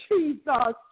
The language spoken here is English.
Jesus